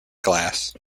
glass